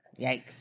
Yikes